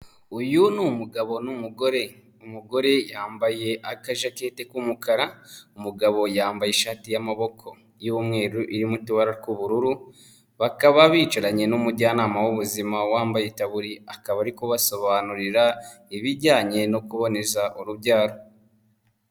Uyu ni umugabo n'umugore, umugore yambaye aka jaketi k'umukara, umugabo yambaye ishati y'amaboko y'umweru irimo utubara tw'ubururu, bakaba bicaranye n'umujyanama w'ubuzima, wambaye itaburiya, akaba ari kubasobanurira ibijyanye no kuboneza urubyaro.